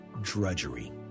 drudgery